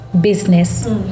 business